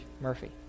Murphy